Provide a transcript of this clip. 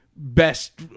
Best